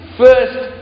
first